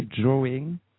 drawing